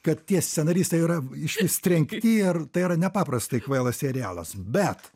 kad tie scenaristai yra išvis trenkti ir tai yra nepaprastai kvailas serialas bet